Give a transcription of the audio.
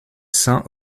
seins